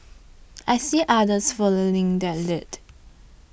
I see others following that lead